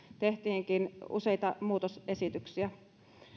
tehtiinkin useita muutosesityksiä